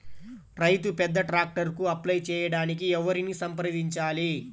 రైతు పెద్ద ట్రాక్టర్కు అప్లై చేయడానికి ఎవరిని సంప్రదించాలి?